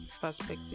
perspective